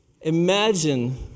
imagine